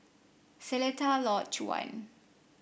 Seletar Lodge One